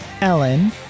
Ellen